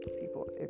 people